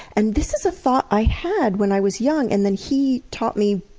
and this is a thought i had when i was young and then he taught me